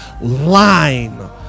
line